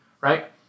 right